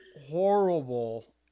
horrible